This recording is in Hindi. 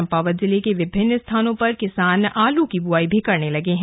चम्पावत जिले के विभिन्न स्थानों में किसान आलू की बुआई भी करने लगे हैं